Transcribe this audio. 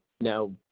now